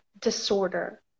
disorder